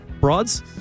broads